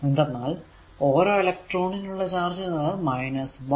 എന്തെന്നാൽ ഓരോ എലെക്ട്രോണ് നുള്ള ചാർജ് എന്നത് 1